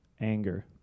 anger